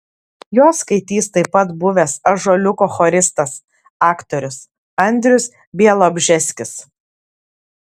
juos skaitys taip pat buvęs ąžuoliuko choristas aktorius andrius bialobžeskis